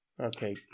Okay